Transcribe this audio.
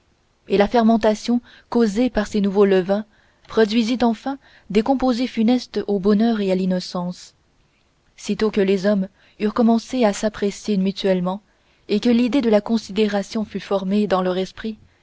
et la fermentation causée par ces nouveaux levains produisit enfin des composés funestes au bonheur et à l'innocence sitôt que les hommes eurent commencé à s'apprécier mutuellement et que l'idée de la considération fut formée dans leur esprit